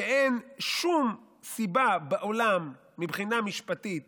שאין שום סיבה בעולם מבחינה משפטית